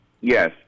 Yes